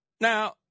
Now